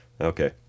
Okay